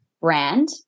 brand